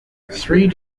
three